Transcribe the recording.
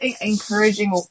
encouraging